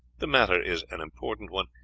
the matter is an important one,